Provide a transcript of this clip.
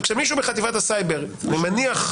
בחטיבת הסייבר אני מניח,